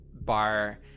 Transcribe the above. bar